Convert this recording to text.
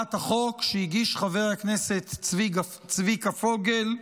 הצעת החוק שהגיש חבר הכנסת צביקה פוגל,